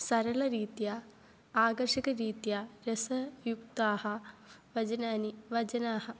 सरलरीत्या आकर्षकरीत्या रसयुक्तानि वचनानि वचनानि